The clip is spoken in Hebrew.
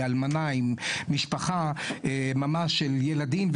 היא אלמנה עם משפחה ממש של ילדים,